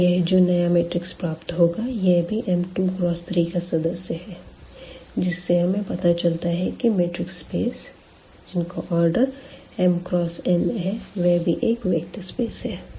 तो यह जो नया मैट्रिक्स प्राप्त होगा यह भी M2×3का सदस्य है जिससे हमें पता चलता है कि मेट्रिक स्पेस जिनका ऑर्डर m×n है वह भी एक वेक्टर स्पेस है